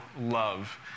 love